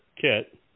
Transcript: Kit